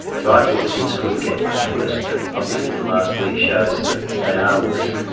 so i thought things couldn't get much worse, but obviously the last week shows that they are worse.